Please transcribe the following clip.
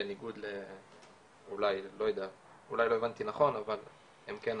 בניגוד אולי, אולי לא הבנתי נכון, אבל הם כן עשו.